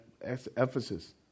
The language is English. Ephesus